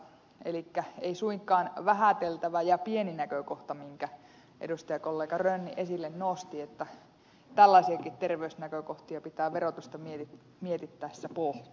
elikkä ei suinkaan vähäteltävä ja pieni näkökohta minkä edustajakollega rönni esille nosti että tällaisiakin terveysnäkökohtia pitää verotusta mietittäessä pu